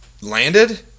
landed